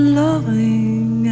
loving